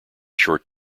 short